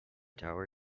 tower